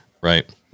Right